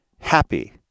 happy